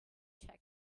check